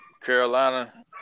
Carolina